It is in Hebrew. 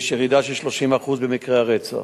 יש ירידה של 30% במקרי הרצח,